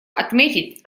отметить